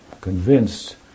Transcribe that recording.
convinced